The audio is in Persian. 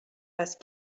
است